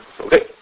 Okay